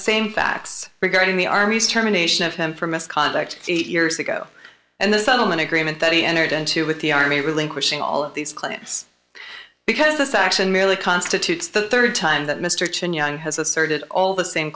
same facts regarding the army's terminations of him for misconduct eight years ago and the settlement agreement that he entered into with the army relinquishing all of these clients because this action merely constitutes the third time that mr cheney has asserted all the same